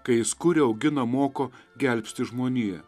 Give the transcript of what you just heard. kai jis kuria augina moko gelbsti žmoniją